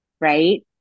Right